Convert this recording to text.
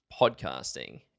podcasting